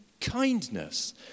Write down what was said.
kindness